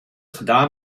gedaan